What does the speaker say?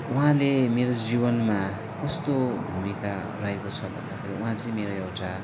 उहाँले मेरो जीवनमा कस्तो भूमिका रहेको छ भन्दाखेरि उहाँ चाहिँ मेरो एउटा